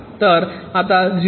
तर आता 0